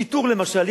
שיטור למשל.